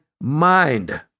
mind